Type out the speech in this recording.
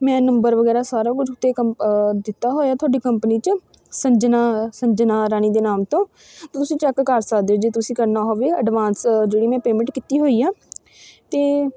ਮੈਂ ਨੰਬਰ ਵਗੈਰਾ ਸਾਰਾ ਕੁਝ ਉੱਥੇ ਕੰਪ ਦਿੱਤਾ ਹੋਇਆ ਤੁਹਾਡੀ ਕੰਪਨੀ 'ਚ ਸੰਜਨਾ ਸੰਜਨਾ ਰਾਣੀ ਦੇ ਨਾਮ ਤੋਂ ਤੁਸੀਂ ਚੈੱਕ ਕਰ ਸਕਦੇ ਹੋ ਜੇ ਤੁਸੀਂ ਕਰਨਾ ਹੋਵੇ ਐਡਵਾਂਸ ਜਿਹੜੀ ਮੈਂ ਪੇਮੈਂਟ ਕੀਤੀ ਹੋਈ ਆ ਅਤੇ